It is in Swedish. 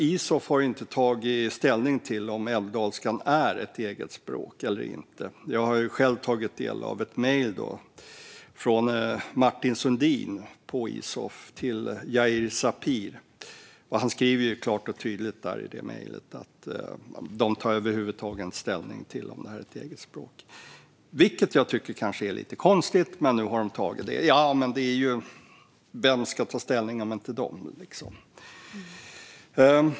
Isof har inte tagit ställning till om älvdalskan är ett eget språk eller inte. Jag har själv tagit del av ett mejl från Martin Sundin på Isof till Yair Sapir. Han skriver klart och tydligt i mejlet att Isof över huvud taget inte tar ställning till frågan, vilket jag kan tycka är lite konstigt. Vem ska ta ställning om inte de? Herr talman!